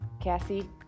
Cassie